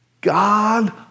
God